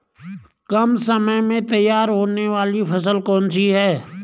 कम समय में तैयार होने वाली फसल कौन सी है?